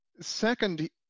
second